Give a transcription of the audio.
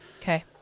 Okay